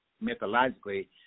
mythologically